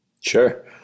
Sure